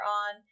on